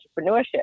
entrepreneurship